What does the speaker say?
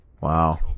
Wow